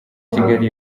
kigali